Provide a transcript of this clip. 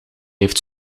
heeft